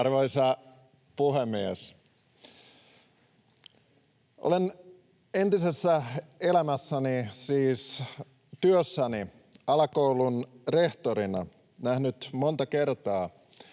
Arvoisa puhemies! Olen entisessä elämässäni, siis työssäni alakoulun rehtorina, nähnyt monta kertaa,